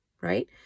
right